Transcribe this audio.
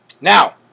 Now